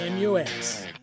MUX